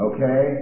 Okay